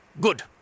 Good